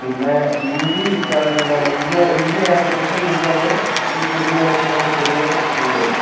പിന്നെ ഇഞ്ചി എന്താ പറയുക ഇഞ്ചി അതിനകത്തിട്ടിട്ട് ഇഞ്ചി നമ്മള് കുടിക്കുന്നതിനനുസരിച്ച് നമുക്ക് പ്രതിരോധശക്തി കൂടുകയാണ് ചെയ്യുക